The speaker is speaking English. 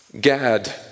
Gad